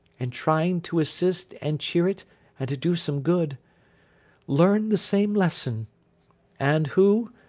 and trying to assist and cheer it and to do some good learn the same lesson and who,